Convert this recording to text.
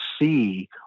see